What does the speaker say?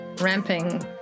ramping